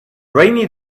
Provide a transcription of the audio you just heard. rainy